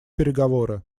переговоры